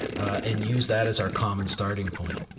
and use that as our common starting point